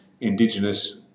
indigenous